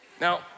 Now